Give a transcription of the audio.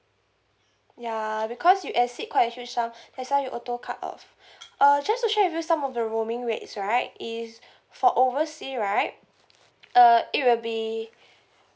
ya because you exceed quite a huge sum that's why it auto cut off uh just to share with you some of the rooming rates right is for oversea right uh it will be